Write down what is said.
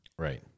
Right